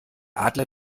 adler